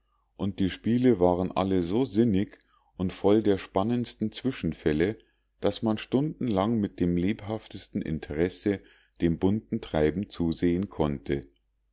und die spiele waren alle so sinnig und voll der spannendsten zwischenfälle daß man stundenlang mit dem lebhaftesten interesse dem bunten treiben zusehen konnte